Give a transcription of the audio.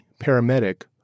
paramedic